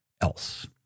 else